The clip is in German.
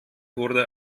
wurde